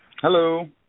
Hello